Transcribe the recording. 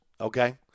okay